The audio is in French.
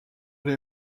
les